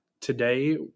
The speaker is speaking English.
Today